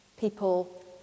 people